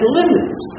limits